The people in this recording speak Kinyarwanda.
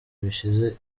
bishize